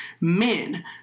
Men